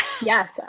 Yes